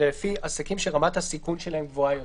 אלא לפי עסקים שרמת הסיכון שלהם גבוהה יותר.